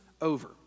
over